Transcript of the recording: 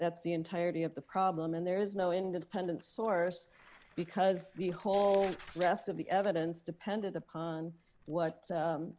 that's the entirety of the problem and there is no independent source because the whole rest of the evidence depended upon what